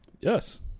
Yes